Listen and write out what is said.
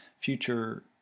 Future